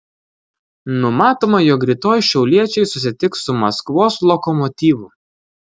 numatoma jog rytoj šiauliečiai susitiks su maskvos lokomotyvu